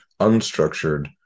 unstructured